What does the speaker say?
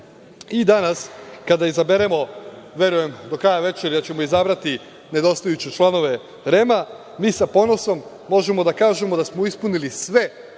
i danas kada izaberemo, verujem do kraja večeri da ćemo izabrati, nedostajuće članove REM-a, mi sa ponosom možemo da kažemo da smo ispunili sve